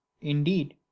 indeed